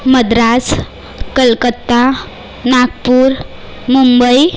Madras Kolkata Nagpur Mumbai